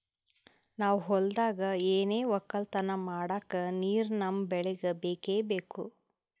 ನಾವ್ ಹೊಲ್ದಾಗ್ ಏನೆ ವಕ್ಕಲತನ ಮಾಡಕ್ ನೀರ್ ನಮ್ ಬೆಳಿಗ್ ಬೇಕೆ ಬೇಕು